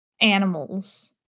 animals